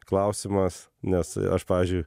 klausimas nes aš pavyzdžiui